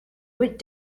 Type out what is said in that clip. could